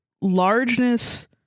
largeness